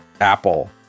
Apple